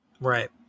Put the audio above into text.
right